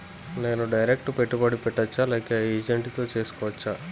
నేను డైరెక్ట్ పెట్టుబడి పెట్టచ్చా లేక ఏజెంట్ తో చేస్కోవచ్చా?